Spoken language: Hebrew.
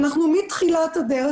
מתחילת הדרך,